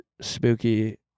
spooky